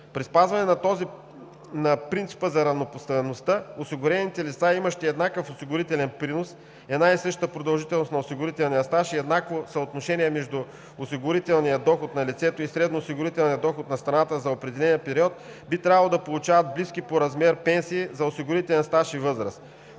При спазване на принципа за равнопоставеността осигурените лица, имащи еднакъв осигурителен принос, една и съща продължителност на осигурителния стаж и еднакво съотношение между осигурителния доход на лицето и средноосигурителния доход на страната за определения период, би трябвало да получават близки по размер пенсии за осигурителен стаж и възраст